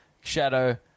Shadow